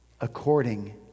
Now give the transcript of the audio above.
according